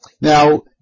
Now